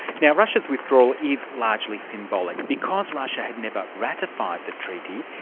yeah russia's withdrawal is largely symbolic. because russia had never ratified the treaty,